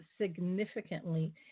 significantly